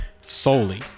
solely